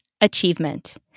Achievement